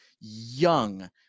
young